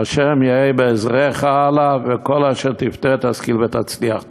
ה' יהיה בעזרך, וכל אשר תעשה תשכיל ותצליח.